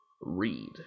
read